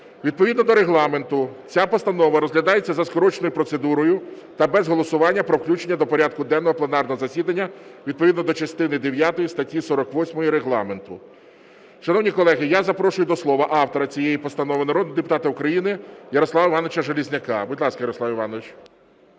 Відповідно до Регламенту ця постанова розглядається за скороченою процедурою та без голосування про включення до порядку денного пленарного засідання відповідно до частини дев'ятої статті 48 Регламенту. Шановні колеги, я запрошую до слова автора цієї постанови народного депутата України Ярослава Івановича Железняка. Будь ласка, Ярослав Іванович.